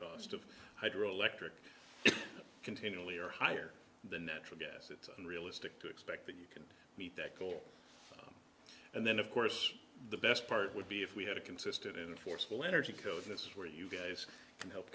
cost of hydro electric continually are higher than natural gas it's unrealistic to expect that you can meet that goal and then of course the best part would be if we had a consistent enforceable energy co that's where you guys can help